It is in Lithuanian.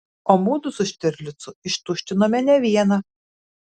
o mudu su štirlicu ištuštinome ne vieną